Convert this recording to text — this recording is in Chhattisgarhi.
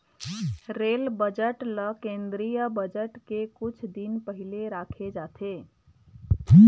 रेल बजट ल केंद्रीय बजट के कुछ दिन पहिली राखे जाथे